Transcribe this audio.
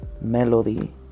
Melody